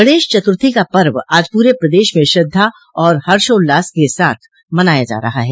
गणेश चतुर्थी का पर्व आज पूरे प्रदेश में श्रद्धा और हर्षोल्लास के साथ मनाया जा रहा है